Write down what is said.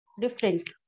different